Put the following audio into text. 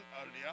earlier